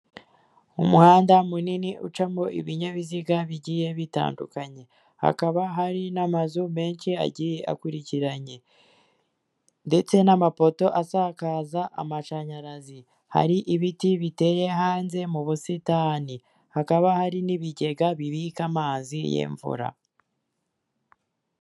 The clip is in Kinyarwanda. Umuhanda munini ucamo ibinyabiziga bigiye bitandukanye, hakaba hari n'amazu menshi agiye akurikiranye ndetse n'amapoto asakaza amashanyarazi. Hari ibiti biteye hanze mu busitani, hakaba hari n'ibigega bibika amazi y'imvura.